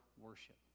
worship